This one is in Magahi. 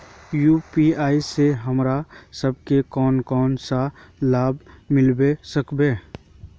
यु.पी.आई से हमरा सब के कोन कोन सा लाभ मिलबे सके है?